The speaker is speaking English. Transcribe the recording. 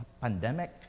pandemic